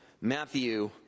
Matthew